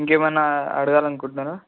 ఇంకేమైనా అడగాలి అనుకుంటున్నాారా